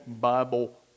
Bible